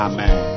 Amen